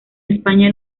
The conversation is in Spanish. españa